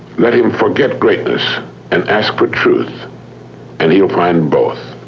let him forget greatness and ask for truth and he'll find both.